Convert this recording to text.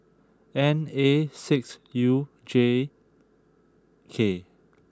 N A six U J K